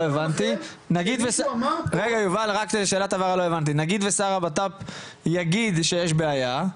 לא הבנתי, נגיד והשל לביטחון פנים יגיד שיש בעיה,